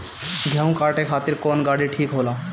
गेहूं काटे खातिर कौन गाड़ी ठीक होला?